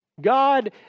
God